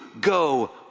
go